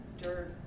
dirt